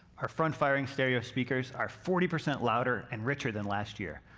our front-firing stereo speakers are forty percent louder and richer than last year,